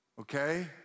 Okay